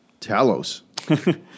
Talos